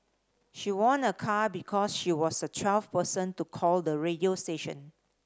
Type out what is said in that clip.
she won a car because she was the twelfth person to call the radio station